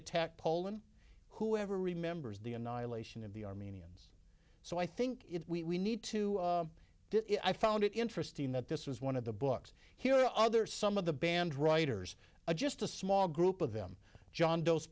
attacked poland whoever remembers the annihilation of the armenians so i think if we need to get it i found it interesting that this was one of the books here are there some of the banned writers a just a small group of them john doe